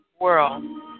world